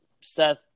Seth